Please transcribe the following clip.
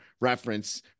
reference